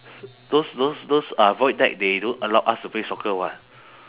those those those uh void deck they don't allow us to play soccer [what]